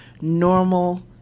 normal